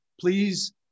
please